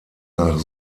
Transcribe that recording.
nach